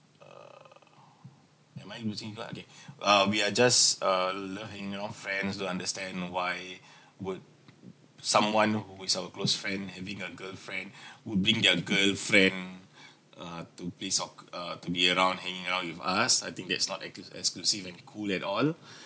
err am I using what again uh we are just uh loving you know friends don't understand why would someone who is our close friend having a girlfriend would bring their girlfriend uh to play soccer uh to be around hanging out with us I think that's not exclu~ exclusive and cool at all